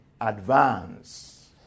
advance